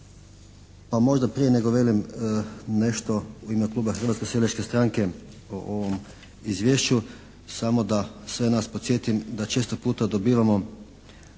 Pa možda prije nego velim nešto u ime kluba Hrvatske seljačke stranke o ovom izvješću, samo da sve nas podsjetim da često puta dobivamo